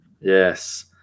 Yes